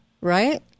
right